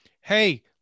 Hey